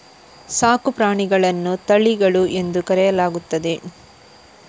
ಸಾಕು ಪ್ರಾಣಿಗಳನ್ನು ತಳಿಗಳು ಎಂದು ಕರೆಯಲಾಗುತ್ತದೆ